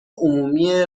عمومی